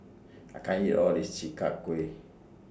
I can't eat All of This Chi Kak Kuih